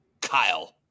Kyle